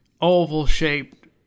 oval-shaped